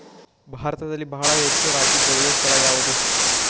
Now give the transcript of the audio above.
ಭಾರತದಲ್ಲಿ ಬಹಳ ಹೆಚ್ಚು ರಾಗಿ ಬೆಳೆಯೋ ಸ್ಥಳ ಯಾವುದು?